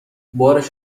بارش